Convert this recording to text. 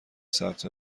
ثبت